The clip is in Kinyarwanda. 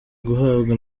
guhabwa